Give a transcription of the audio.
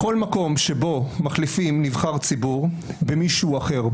בכל מקום שבו מחליפין נבחר ציבור במישהו אחר,